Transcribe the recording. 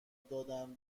دادن